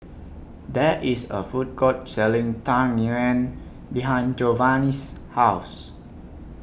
There IS A Food Court Selling Tang Yuen behind Jovanny's House